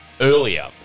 earlier